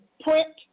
print